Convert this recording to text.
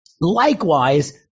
Likewise